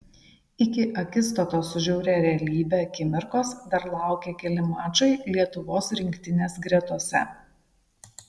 iki akistatos su žiauria realybe akimirkos dar laukė keli mačai lietuvos rinktinės gretose